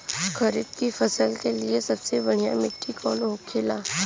खरीफ की फसल के लिए सबसे बढ़ियां मिट्टी कवन होखेला?